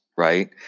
Right